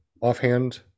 offhand